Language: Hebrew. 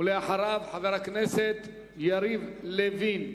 ולאחריו, חבר הכנסת יריב לוין.